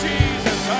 Jesus